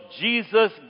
Jesus